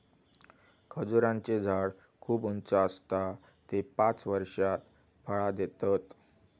खजूराचें झाड खूप उंच आसता ते पांच वर्षात फळां देतत